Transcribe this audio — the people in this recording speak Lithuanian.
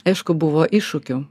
aišku buvo iššūkių